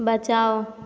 बचाओ